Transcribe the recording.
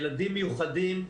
ילדים מיוחדים.